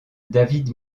david